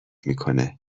میکنه